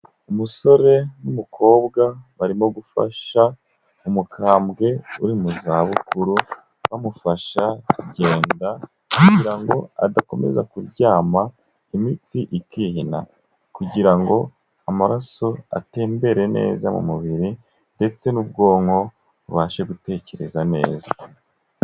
Umusore n'umukobwa barimo gufasha umukambwe uri mu zabukuru, bamufasha kugenda kugira ngo adakomeza kuryama imitsi ikihina kugira ngo amaraso atembere neza mu mubiri ndetse n'ubwonko bubashe gutekereza neza.